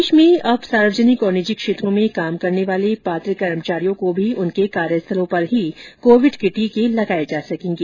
देश में अब सार्वजनिक और निजी क्षेत्रों में काम करने वाले पात्र कर्मचारियों को भी उनके कार्यस्थलों पर ही कोविड के टीके लगाए जा सकेंगे